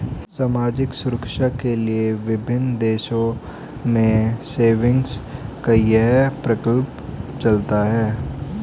सामाजिक सुरक्षा के लिए विभिन्न देशों में सेविंग्स का यह प्रकल्प चलता है